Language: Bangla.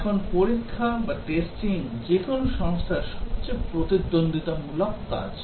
এখন পরীক্ষা যেকোনও সংস্থায় সবচেয়ে প্রতিদ্বন্দ্বিতামূলক কাজ